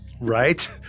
Right